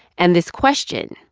and this question,